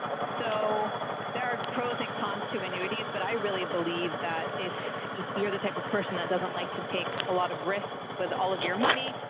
so there are pros and cons to annuities, but i really believe that if if you're the type of person that doesn't like to take a lot of risk with all of your money,